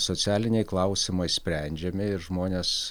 socialiniai klausimai sprendžiami ir žmonės